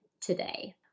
today